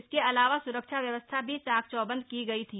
इसके अलावा सुरक्षा व्यवस्था भी चाक चौबंद की गई थी